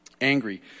Angry